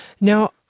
Now